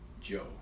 Joe